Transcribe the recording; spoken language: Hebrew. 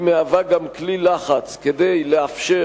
היא מהווה כלי לחץ כדי לאפשר,